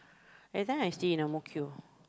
and then I stay in Ang-Mo-Kio